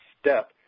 step